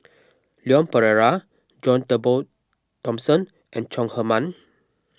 Leon Perera John Turnbull Thomson and Chong Heman